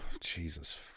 Jesus